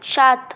সাত